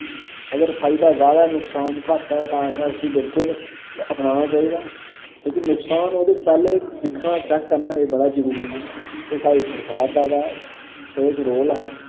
अगर फायदा ज्यादै नुकसान घट्ट ऐ तां असैं उस्सी बिल्कुल अपनाना चाहिदा लेकिन नुकसान ओह्दे पैह्ले दिक्खना चैक करना एह् बड़ा जरूरी ऐ एह् साढ़ी सरकार दा गै एह्दे च रोल हा